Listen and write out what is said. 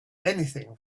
anything